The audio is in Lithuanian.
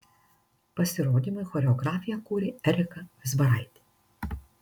pasirodymui choreografiją kūrė erika vizbaraitė